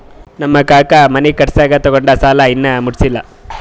ನಮ್ ಕಾಕಾ ಮನಿ ಕಟ್ಸಾಗ್ ತೊಗೊಂಡ್ ಸಾಲಾ ಇನ್ನಾ ಮುಟ್ಸಿಲ್ಲ